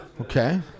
Okay